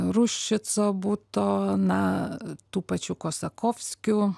ruščico buto na tų pačių kosakovskių